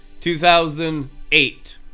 2008